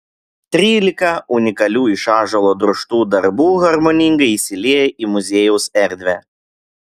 trylika unikalių iš ąžuolo drožtų darbų harmoningai įsilieja į muziejaus erdvę